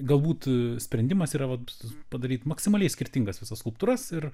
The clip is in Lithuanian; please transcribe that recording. galbūt sprendimas yra vat padaryt maksimaliai skirtingas visas skulptūras ir